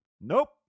nope